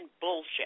bullshit